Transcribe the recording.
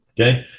okay